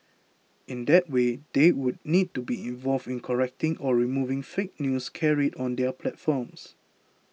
in that way they would need to be involved in correcting or removing fake news carried on their platforms